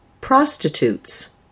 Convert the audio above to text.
prostitutes